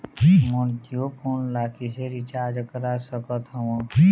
मोर Jio phone ला किसे recharge करा सकत हवं?